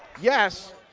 yes,